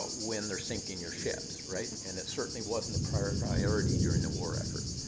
when they're sinking your ships, right? and it certainly wasn't a priority priority during the war effort.